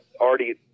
already